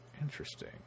Interesting